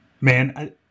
Man